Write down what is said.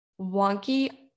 wonky